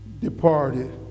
departed